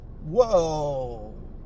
Whoa